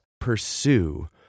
pursue